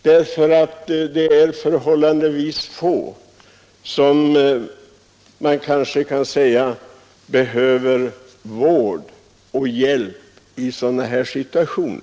Det är nämligen förhållandevis få som behöver vård och hjälp i sådana här situationer.